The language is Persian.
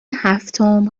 هفتم